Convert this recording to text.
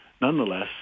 nonetheless